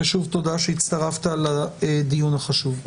ושוב תודה שהצטרפת לדיון החשוב.